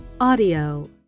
audio